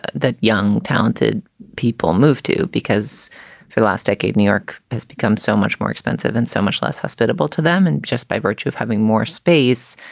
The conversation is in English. that young, talented people moved to because for the last decade new york has become so much more expensive and so much less hospitable to them and just by virtue of having more space.